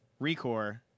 ReCore